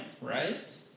right